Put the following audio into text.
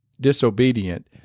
disobedient